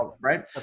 Right